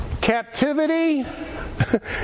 captivity